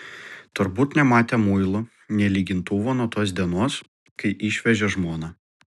turbūt nematę muilo nė lygintuvo nuo tos dienos kai išvežė žmoną